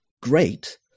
great